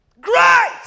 great